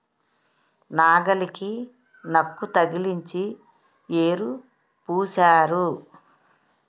నాగలికి నక్కు తగిలించి యేరు పూశారు